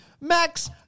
Max